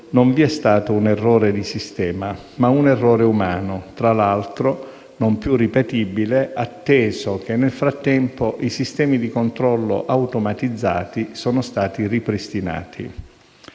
non vi è stato un errore di sistema, ma un errore umano, tra l'altro, non più ripetibile, atteso che nel frattempo i sistemi di controllo automatizzati sono stati ripristinati.